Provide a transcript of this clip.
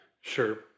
sure